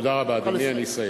תודה רבה, אדוני, אני אסיים.